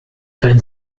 wenn